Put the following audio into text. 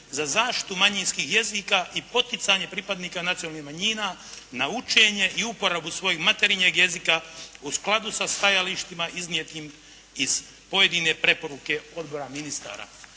za zaštitu manjinskih jezika i poticanje pripadnika nacionalnih manjina na učenje i uporabu svojeg materinjeg jezika u skladu sa stajalištima iznijetim iz pojedine preporuke odbora ministara.